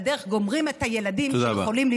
רק הילדים המוחלשים יצאו